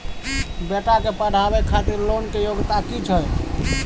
बेटा के पढाबै खातिर लोन के योग्यता कि छै